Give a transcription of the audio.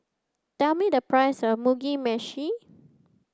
tell me the price of Mugi Meshi